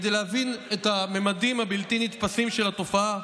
כדי להבין את הממדים הבלתי-נתפסים של התופעה,